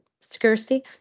scarcity